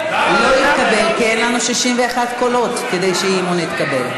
כי אין לנו 61 קולות כדי שהאי-אמון יתקבל.